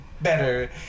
better